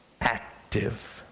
active